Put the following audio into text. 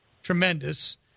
Tremendous